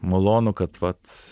malonu kad vat